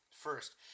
first